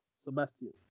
Sebastian